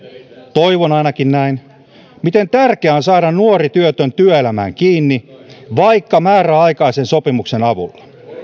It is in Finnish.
toivon ainakin näin miten tärkeää on saada nuori työtön työelämään kiinni vaikka määräaikaisen sopimuksen avulla